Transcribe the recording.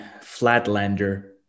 Flatlander